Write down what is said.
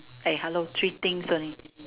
eh hello three things only